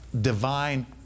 divine